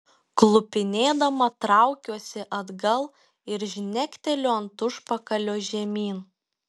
klupinėdama traukiuosi atgal ir žnekteliu ant užpakalio žemyn